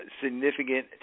significant